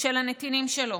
של הנתינים שלו.